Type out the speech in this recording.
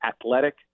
athletic